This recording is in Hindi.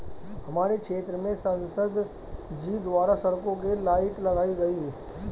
हमारे क्षेत्र में संसद जी द्वारा सड़कों के लाइट लगाई गई